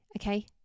okay